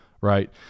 right